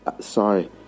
sorry